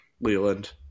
Leland